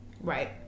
Right